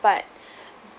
but